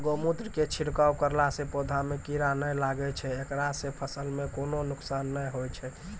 गोमुत्र के छिड़काव करला से पौधा मे कीड़ा नैय लागै छै ऐकरा से फसल मे कोनो नुकसान नैय होय छै?